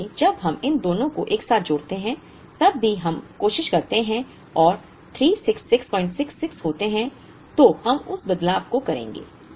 इसलिए जब हम इन दोनों को एक साथ जोड़ते हैं तब भी हम कोशिश करते हैं और 36666 होते हैं तो हम उस बदलाव को करेंगे